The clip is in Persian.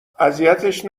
اذیتش